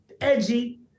edgy